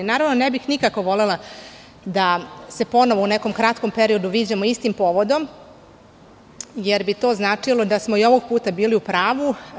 Ne bih nikako volela da se ponovo u nekom kratkom periodu viđamo istim povodom, jer bi to značilo da smo i ovog puta bili u pravu.